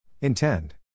Intend